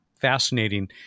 fascinating